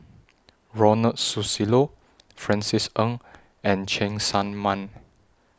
Ronald Susilo Francis Ng and Cheng Tsang Man